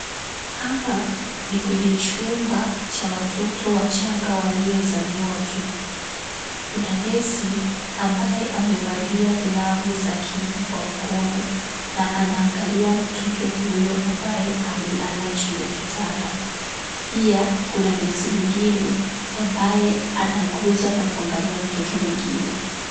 Hapa ni kwenye chumba cha watoto wachanga waliozaliwa tu. Kuna nesi ambaye amevalia glavu za kinga kwa mkono na naangalia mtoto huyo ambaye amelala juu ya kitanda. Pia kuna nesi mwingine ambaye anaguza na kuangalia mtoto mwingine.